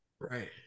Right